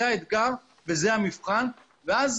זה האתגר וזה המבחן ואז